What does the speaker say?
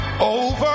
over